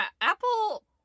apple